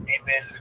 Amen